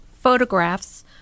photographs